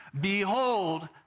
Behold